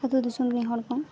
ᱟᱛᱳ ᱫᱤᱥᱚᱢ ᱨᱮᱱ ᱦᱚᱲ ᱠᱚ